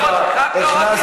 לעצמך, תני לי, בדיוק.